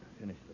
finish